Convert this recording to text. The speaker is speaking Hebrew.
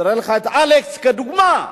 את אלכס, לדוגמה.